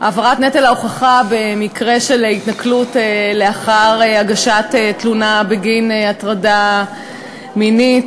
העברת נטל ההוכחה במקרה של התנכלות לאחר הגשת תלונה בגין הטרדה מינית,